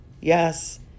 Yes